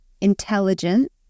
intelligent